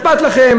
אכפת לכם,